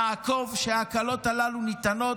נעקוב שההקלות הללו ניתנות,